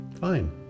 Fine